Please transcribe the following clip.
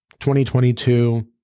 2022